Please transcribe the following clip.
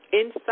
inside